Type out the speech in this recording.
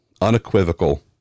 unequivocal